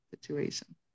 situation